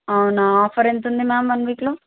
అవునా ఆఫర్ ఎంతుంది ma'am one వీక్లో